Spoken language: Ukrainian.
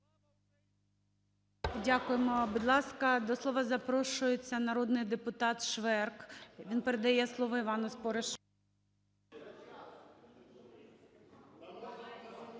Дякуємо. Будь ласка, до слова запрошується народний депутат Шверк. Він передає слово Івану Споришу.